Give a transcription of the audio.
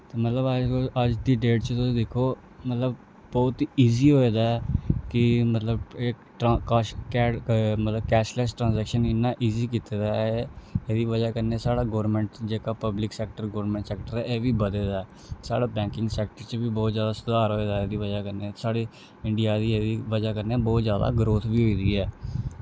ते मतलब अज्ज कोई अज्ज दी डेट च तुस दिक्खो मतलब बौह्त ईज़ी होए दा ऐ कि मतलब इक ट्रां मतलब कैशलैस ट्रांजैक्शन गी इन्ना ईज़ी कीते दा ऐ एह्दी बजह् कन्नै साढ़े जेह्का government public sector government sector एह् बी बधे दा ऐ साढ़ा बैंकिंग सैक्टर च बी बौह्त जादा सुधार होए दा ऐ एह्दा बजह् कन्नै साढ़े इंडिया दी बजह् कन्नै बौह्त जादा ग्रोथ बी होई दी ऐ